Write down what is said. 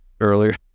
earlier